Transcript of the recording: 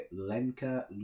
Lenka